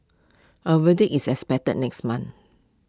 A verdict is expected next month